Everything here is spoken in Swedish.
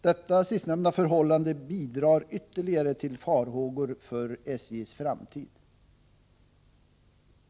Detta sistnämnda förhållande bidrar ytterligare till farhågor för SJ:s framtid.